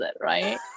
right